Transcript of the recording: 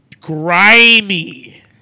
grimy